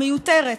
היא מיותרת.